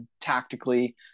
tactically